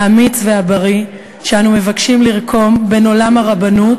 האמיץ והבריא שאנו מבקשים לרקום בין עולם הרבנות